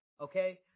okay